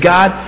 God